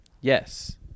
Yes